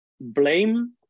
blame